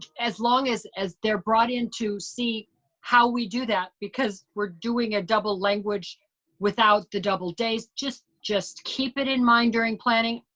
as long as as they're brought in to see how we do that because we're doing a double language without the double days, just just keep it in mind during planning.